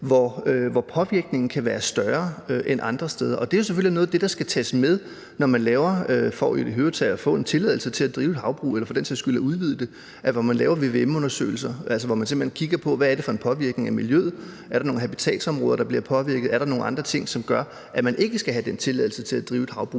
hvor påvirkningen kan være større end andre steder, og det er selvfølgelig noget af det, der skal tages med, når man skal have en tilladelse til at drive et havbrug eller for den sags skyld til at udvide det. Man laver vvm-undersøgelser. Altså, man kigger simpelt hen på, hvad det er for en påvirkning af miljøet. Er der nogle habitatsområder, der bliver påvirket? Er der nogle andre ting, som gør, at man ikke skal have den tilladelse til at drive et havbrug,